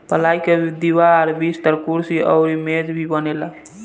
पलाई के दीवार, बिस्तर, कुर्सी अउरी मेज भी बनेला